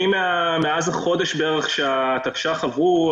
מאז שהתקש"ח עברו לפני חודש בערך,